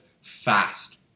fast